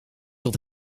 tot